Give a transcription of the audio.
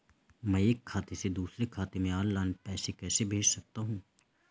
मैं एक खाते से दूसरे खाते में ऑनलाइन पैसे कैसे भेज सकता हूँ?